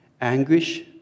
anguish